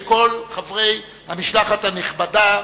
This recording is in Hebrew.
וכל חברי המשלחת הנכבדה,